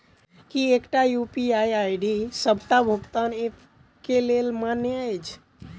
की एकटा UPI ID D सबटा भुगतान ऐप केँ लेल मान्य अछि?